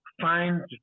find